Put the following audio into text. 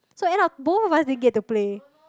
so end up both of us didn't get to play